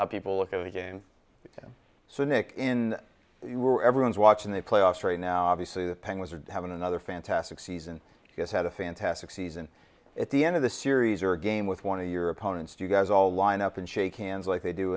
how people look at it again so nick in everyone's watching the playoffs right now obviously the penguins are having another fantastic season this had a fantastic season at the end of the series or a game with one of your opponents you guys all line up and shake hands like they do